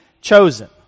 chosen